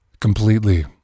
Completely